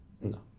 No